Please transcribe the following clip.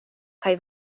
kaj